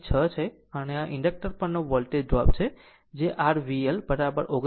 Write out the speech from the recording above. આમ આ ઇન્ડક્ટરની પરનો વોલ્ટેજ ડ્રોપ છે જે r V L 39